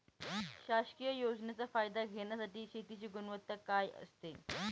शासकीय योजनेचा फायदा घेण्यासाठी शेतीची गुणवत्ता काय असते?